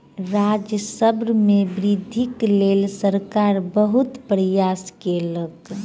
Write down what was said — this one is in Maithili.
राजस्व मे वृद्धिक लेल सरकार बहुत प्रयास केलक